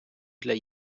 для